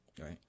right